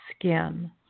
skin